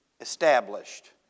established